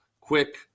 Quick